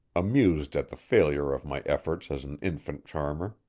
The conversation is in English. amused at the failure of my efforts as an infant-charmer.